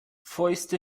fäuste